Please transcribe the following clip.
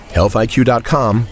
HealthIQ.com